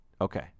Okay